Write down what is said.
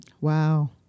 Wow